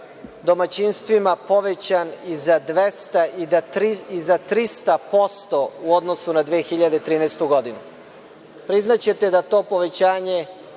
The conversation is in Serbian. domaćinstvima povećan i za 200 i za 300% u odnosu na 2013. godinu. Priznaćete da to povećanje